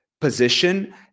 position